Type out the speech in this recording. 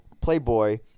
playboy